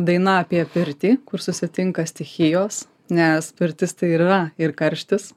daina apie pirtį kur susitinka stichijos nes pirtis tai yra ir karštis